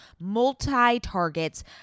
multi-targets